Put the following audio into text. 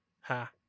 Ha